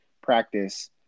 practice